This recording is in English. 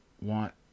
want